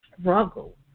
struggle